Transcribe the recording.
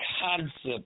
concept